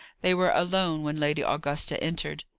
they were alone when lady augusta entered.